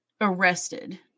arrested